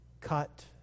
cut